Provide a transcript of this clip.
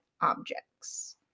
objects